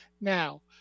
now